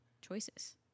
choices